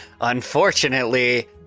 Unfortunately